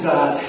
God